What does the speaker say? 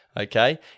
Okay